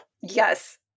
yes